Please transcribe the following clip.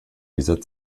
dieser